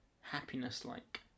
happiness-like